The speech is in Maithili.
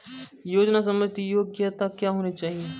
योजना संबंधित योग्यता क्या होनी चाहिए?